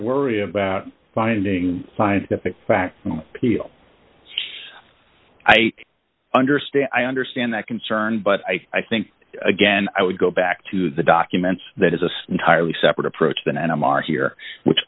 worry about finding scientific fact peel i understand i understand that concern but i think again i would go back to the document that is a tireless separate approach than and i'm are here which